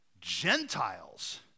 Gentiles